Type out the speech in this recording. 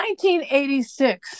1986